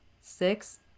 six